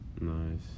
Nice